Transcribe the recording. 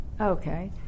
okay